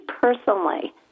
personally